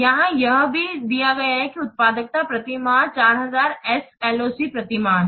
यहां यह भी दिया गया है कि उत्पादकता प्रति माह 4000 S L O C प्रति माह है